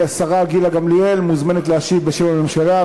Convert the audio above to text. השרה גילה גמליאל מוזמנת להשיב בשם הממשלה.